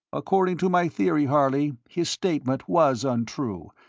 according to my theory, harley, his statement was untrue,